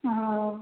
हाँ